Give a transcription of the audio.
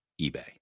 eBay